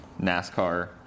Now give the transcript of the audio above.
nascar